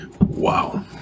Wow